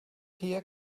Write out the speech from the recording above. here